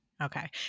Okay